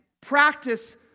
practice